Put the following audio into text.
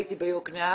הייתי ביוקנעם